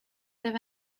live